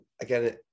again